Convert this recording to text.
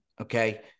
okay